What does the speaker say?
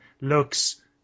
looks